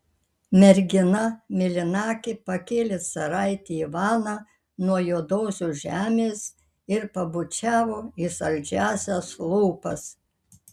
mergina mėlynakė pakėlė caraitį ivaną nuo juodosios žemės ir pabučiavo į saldžiąsias lūpas